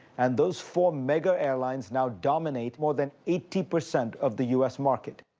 and those four mega airlines now dominate more than eighty percent of the u s. market.